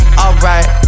alright